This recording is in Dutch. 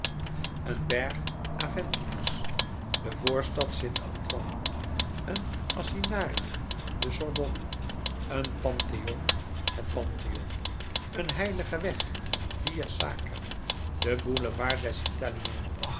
een berg aventinus de voorstad st antoine een asinarium de sorbonne een pantheon het pantheon een heilige weg via sacra de boulevard des italiens